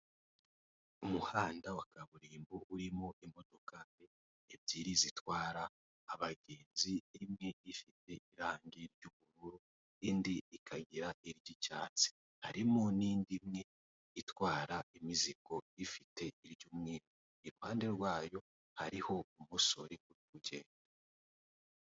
Umuhanda wa kaburimbo urimo imodoka ebyiri zitwara abagenzi, imwe ifite irangi ry'ubururu, indi ikagira iry'icyatsi, harimo n'indi imwe itwara imizigo ifite iry'umweru, iruhande rwayo hariho umusorer uri kugenda.